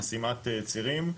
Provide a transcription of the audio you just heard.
חסימת צירים.